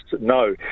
No